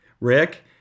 Rick